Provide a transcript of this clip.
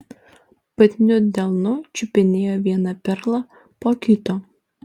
putniu delnu čiupinėjo vieną perlą po kito